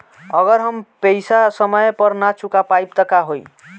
अगर हम पेईसा समय पर ना चुका पाईब त का होई?